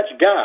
God